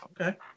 Okay